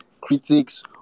critics